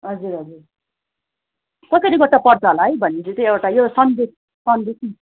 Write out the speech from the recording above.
हजुर हजुर कसरी गोटा पर्छ होला भनिदिए चाहिँ एउटा यो सन्देस सन्देस नि